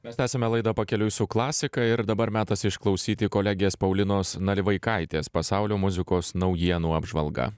mes tęsiame laidą pakeliui su klasika ir dabar metas išklausyti kolegės paulinos nalivaikaitės pasaulio muzikos naujienų apžvalga